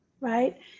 right